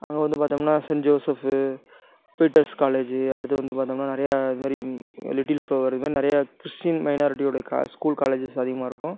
அங்கே வந்து பார்த்தோம்னா சென் ஜோசஃப்பு பீட்டர்ஸ் காலேஜ் அடுத்து வந்து பார்த்தோம்னா நிறைய இது மாதிரி லிட்டில் ஃபிளவர் இது மாதிரி நிறைய கிறிஸ்டின் மைனாரிட்டியோட ஸ்கூல் காலேஜஸ் அதிகமாயிருக்கும்